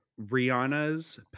Rihanna's